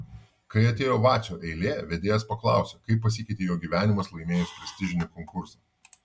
kai atėjo vacio eilė vedėjas paklausė kaip pasikeitė jo gyvenimas laimėjus prestižinį konkursą